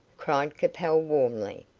cried capel, warmly.